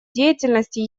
деятельности